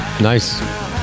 Nice